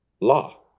law